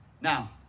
Now